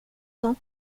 cents